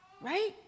Right